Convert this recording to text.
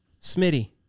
Smitty